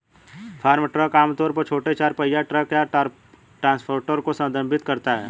farm truck आम तौर पर छोटे चार पहिया ट्रक या ट्रांसपोर्टर को संदर्भित करता है